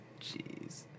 Jeez